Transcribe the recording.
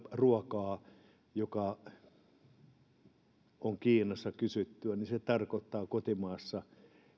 ruokaa joka on kiinassa kysyttyä niin se tarkoittaa kotimaassa